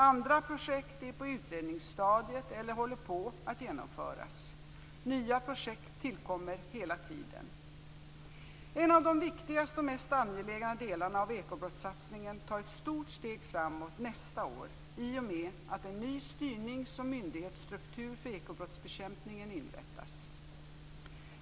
Andra projekt är på utredningsstadiet eller håller på att genomföras. Nya projekt tillkommer hela tiden. En av de viktigaste och mest angelägna delarna av ekobrottssatsningen tar ett stort steg framåt nästa år i och med att en ny styrnings och myndighetsstruktur för ekobrottsbekämpningen inrättas.